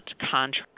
contract